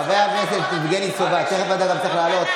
חבר הכנסת יבגני סובה, תכף גם אתה צריך לעלות.